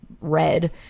red